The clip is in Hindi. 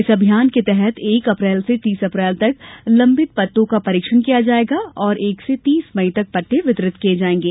इस अभियान के तहत एक अप्रैल से तीस अप्रैल तक लंबित पट्टों का परीक्षण किया जायेगा और एक से तीस मई तक पट्टे वितरित किये जायेंगे